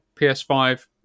ps5